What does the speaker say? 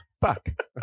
fuck